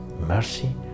mercy